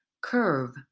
curve